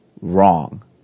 Wrong